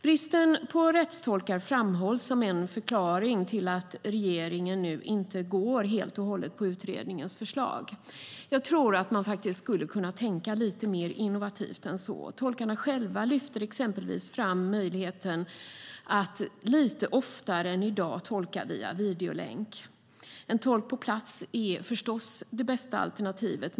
Bristen på rättstolkar framhålls som en förklaring till att regeringen nu inte helt och hållet följer utredningens förslag. Jag tror att man skulle kunna tänka mer innovativt än så. Tolkarna själva lyfter exempelvis fram möjligheten att lite oftare än i dag tolka via videolänk. En tolk på plats är förstås det bästa alternativet.